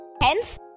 Hence